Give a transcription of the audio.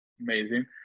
amazing